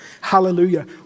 Hallelujah